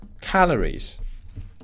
calories